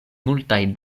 multaj